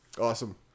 Awesome